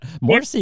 More